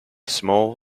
small